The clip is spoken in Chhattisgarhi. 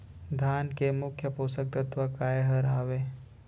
धान के मुख्य पोसक तत्व काय हर हावे?